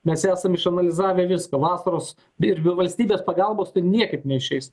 mes esam išanalizavę viską vasaros ir be valstybės pagalbos tai niekaip neišeis